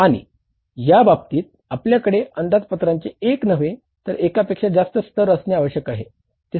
आणि या बाबतीत आपल्याकडे अंदाजपत्रांचे एक नव्हे तर एकापेक्षा जास्त स्तर असणे आवश्यक आहे